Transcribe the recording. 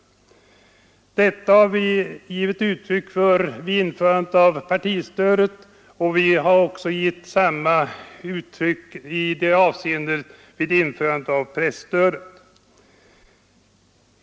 Detta har vi givit uttryck för vid införandet av partistödet liksom också beträffande presstödet.